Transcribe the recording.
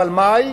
אבל מאי?